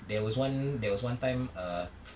there was one there was one time err